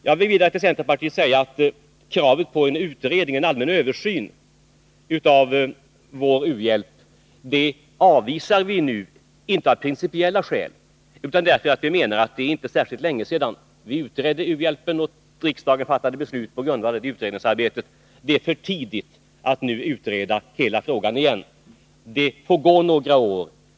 Jag vill vidare till centerpartiet säga att vi nu anvisar kravet på en allmän översyn av vår u-hjälp, inte av principiella skäl utan därför att vi menar att det inte var särskilt länge sedan vi utredde u-hjälpen, och riksdagen fattade beslut på grundval av utredningsarbetet. Det är för tidigt att nu utreda hela frågan på nytt. Det får gå några år.